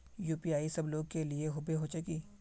UPI सब लोग के लिए होबे होचे की?